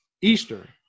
Easter